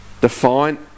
define